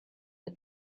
but